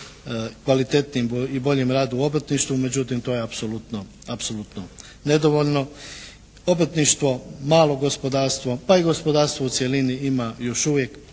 kvalitetnijim i boljim rad u obrtništvu. Međutim to je apsolutno, apsolutno nedovoljno. Obrtništvo, malo gospodarstvo, pa i gospodarstvo u cjelini ima još uvijek